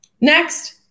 Next